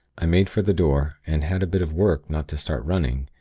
i made for the door, and had a bit of work not to start running.